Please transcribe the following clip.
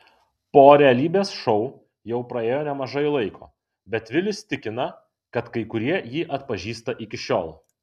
po realybės šou jau praėjo nemažai laiko bet vilius tikina kad kai kurie jį atpažįsta iki šiol